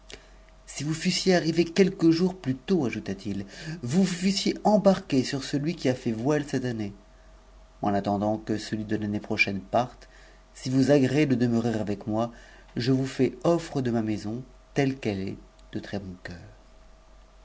si vous fussiez mii quelques jours plus tôt ajouta-t-il vous vous lussiez embarqué sur ui qui a fait voile cette année en attendant que celui de l'année pro'h mtc parte si vous agréez de demeurer avec moi je vous fais offre t maison telle qu'elle est de très-bon cœur